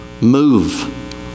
move